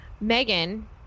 Megan